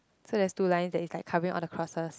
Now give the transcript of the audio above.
so there's two line that is like covering all the crossters